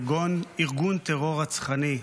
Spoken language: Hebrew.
אצל ארגון טרור רצחני.